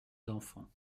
d’enfants